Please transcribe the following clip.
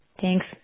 thanks